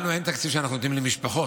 לנו אין תקציב שאנחנו נותנים למשפחות.